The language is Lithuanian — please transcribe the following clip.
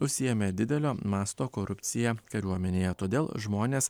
užsiėmė didelio masto korupcija kariuomenėje todėl žmonės